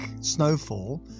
snowfall